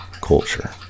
culture